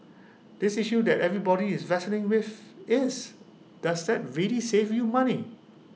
this issue that everybody is wrestling with is does that really save you money